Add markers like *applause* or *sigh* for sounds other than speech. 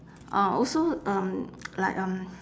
uh also um *noise* like um